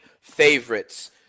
favorites